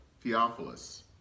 Theophilus